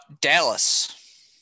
Dallas